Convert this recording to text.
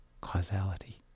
causality